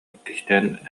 иккистээн